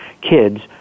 kids